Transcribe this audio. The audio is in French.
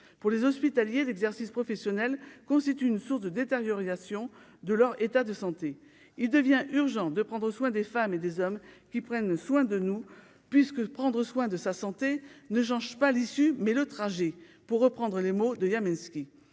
pour les hospitaliers d'exercice professionnel constitue une source de détérioration de leur état de santé, il devient urgent de prendre soin des femmes et des hommes qui prennent soin de nous puisque prendre soin de sa santé ne change pas l'issue, mais le trajet pour reprendre les mots de Niamey